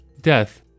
death